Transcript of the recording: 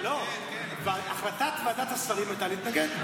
לא, החלטת ועדת השרים הייתה להתנגד.